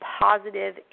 positive